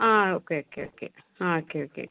ആ okay okay okay ആ okay okay